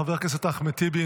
חבר הכנסת אחמד טיבי,